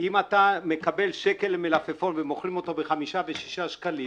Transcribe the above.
אם אתה מקבל מלפפון בשקל ומוכרים אותו ב-5-6 שקלים